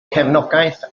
cefnogaeth